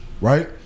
Right